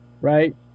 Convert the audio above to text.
right